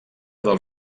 del